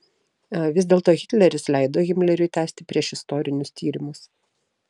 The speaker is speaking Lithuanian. vis dėlto hitleris leido himleriui tęsti priešistorinius tyrimus